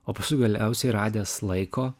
o paskui galiausiai radęs laiko